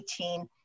2018